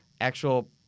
actual